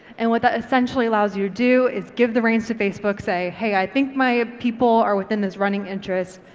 and what that essentially allows you to do is give the reigns to facebook say, hey i think my people are within this running interest,